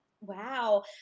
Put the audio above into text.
Wow